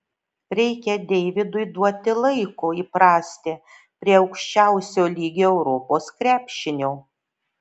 reikia deividui duoti laiko įprasti prie aukščiausio lygio europos krepšinio